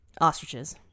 Ostriches